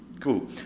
Cool